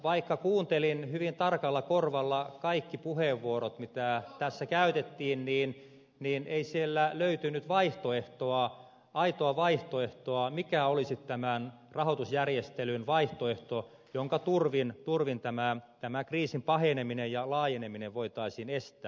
vaikka kuuntelin hyvin tarkalla korvalla kaikki puheenvuorot mitä tässä käytettiin niin ei sieltä löytynyt aitoa vaihtoehtoa mikä olisi tämän rahoitusjärjestelyn vaihtoehto jonka turvin tämän kriisin paheneminen ja laajeneminen voitaisiin estää